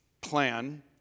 plan